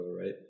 right